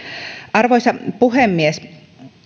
arvoisa puhemies